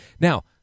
now